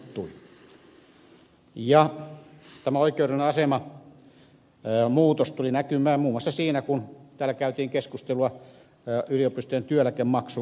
tämä oikeudellisen aseman muutos tuli näkymään muun muassa siinä kun täällä käytiin keskustelua yliopistojen työeläkevakuutusmaksuista